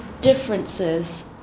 differences